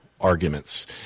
arguments